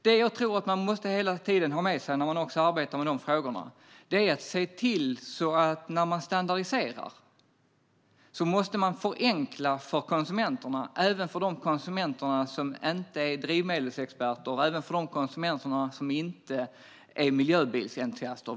När man arbetar med de här frågorna tror jag att man hela tiden måste se till att man förenklar för konsumenterna när man standardiserar. Det gäller då även de konsumenter som inte är drivmedelsexperter och som inte är miljöbilsentusiaster.